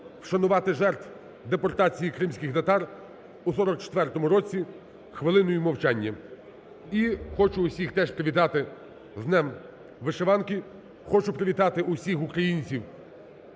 вшанувати жертв депортації кримських татар у 1944 році хвилиною мовчання. І хочу усіх теж привітати з Днем вишиванки. Хочу привітати усіх українців